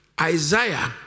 Isaiah